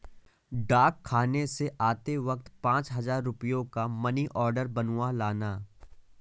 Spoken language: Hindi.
डाकखाने से आते वक्त पाँच हजार रुपयों का मनी आर्डर बनवा लाना